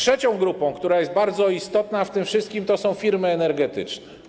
Drugą grupą, która jest bardzo istotna w tym wszystkim, są firmy energetyczne.